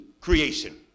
creation